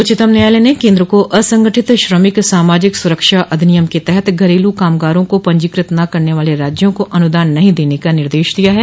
उच्चतम न्यायालय ने केंद्र को असंगठित श्रमिक सामाजिक सुरक्षा अधिनियम के तहत घरेलू कामगारों को पंजीकृत न करने वाले राज्यों का अनुदान नहीं देने का निर्देश दिया है